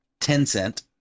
Tencent